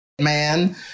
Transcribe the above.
Man